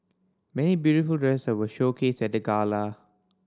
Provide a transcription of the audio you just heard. many beautiful dresses were showcased at the gala